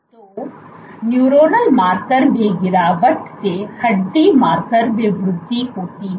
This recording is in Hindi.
तो न्यूरोनल मार्कर में गिरावट से हड्डी मार्कर में वृद्धि होती है